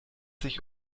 sich